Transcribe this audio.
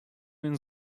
він